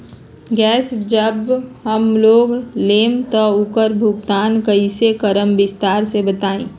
Gas जब हम लोग लेम त उकर भुगतान कइसे करम विस्तार मे बताई?